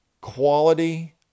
Quality